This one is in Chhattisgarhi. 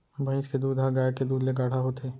भईंस के दूद ह गाय के दूद ले गाढ़ा होथे